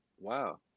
Wow